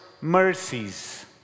mercies